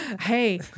Hey